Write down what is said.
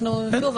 שוב,